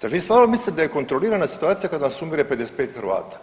zar vi stvarno mislite da je kontrolirana situacija kada vas umire 25 Hrvata.